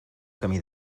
camí